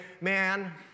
man